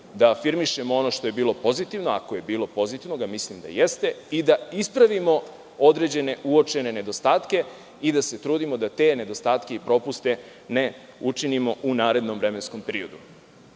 da afirmišemo ono što je bilo pozitivno, ako je bilo pozitivnog, a mislim da jeste, i da ispravimo određene uočene nedostatke i da se trudimo da te nedostatke i propuste ne učinimo u narednom vremenskom periodu. Želim